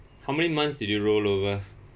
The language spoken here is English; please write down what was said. how many months did you roll over